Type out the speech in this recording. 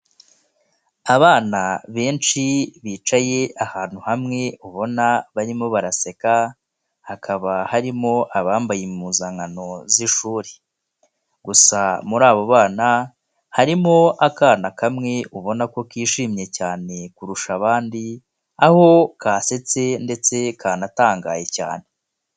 Abana benshi bicaye ahantu hamwe ubona barimo baraseka, hakaba harimo abambaye impuzankano z'ishuri, gusa muri abo bana harimo akana kamwe ubona ko kishimye cyane kurusha abandi, aho kasetse ndetse kanatangaye cyane.